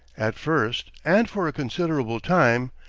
at first, and for a considerable time,